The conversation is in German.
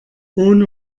ohne